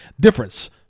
difference